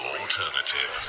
alternative